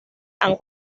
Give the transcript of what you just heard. han